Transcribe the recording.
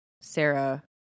Sarah